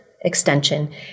extension